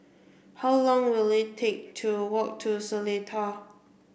how long will it take to walk to Seletar